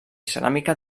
ceràmica